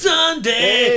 Sunday